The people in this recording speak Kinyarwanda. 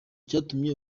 cyatuma